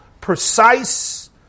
precise